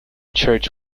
church